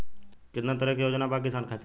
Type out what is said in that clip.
केतना तरह के योजना बा किसान खातिर?